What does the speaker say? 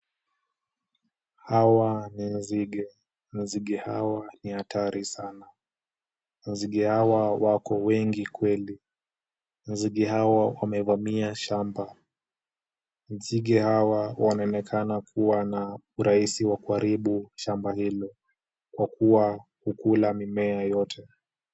Hawa ni nzige. Nzige hawa ni hatari sana. Nzige hawa wako wengi kweli. Nzige hawa wamevamia shamba. Nzige hawa wanaonekana kuwa na urahisi wa kuharibu shamba lile, kwa kuwa hukula mimea yote.